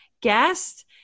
guest